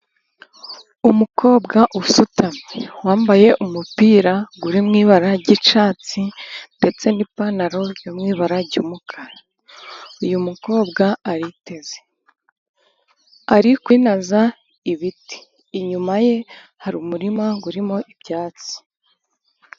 Umukobwa usutamye wambaye umupira uri mu ibara ry'icyatsi, ndetse n'ipantaro iri mu ibara ry'umukara. Uyu mukobwa ariteze, ari kwinaza ibiti, inyuma ye hari umurima urimo ibyatsi.